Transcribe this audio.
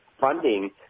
funding